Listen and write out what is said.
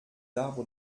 arbres